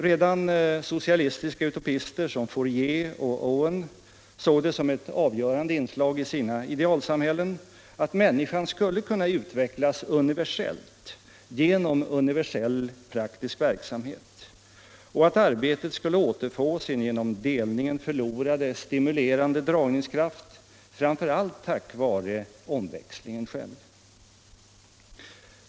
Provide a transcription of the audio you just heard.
Redan socialistiska utopister som Fourier och Owen såg det som ett avgörande inslag i sina idealsamhällen att människan skulle kunna utvecklas universellt genom universell praktisk verksamhet och att arbetet skulle återfå sin genom delningen förlorade stimulerande dragningskraft, framför allt tack vare omväxlingen själv.